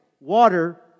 water